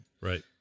Right